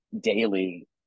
daily